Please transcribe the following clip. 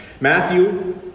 Matthew